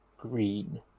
green